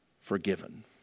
forgiven